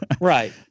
Right